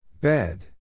Bed